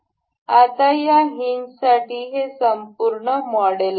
तर आता या हिनजसाठी हे संपूर्ण मॉडेल आहे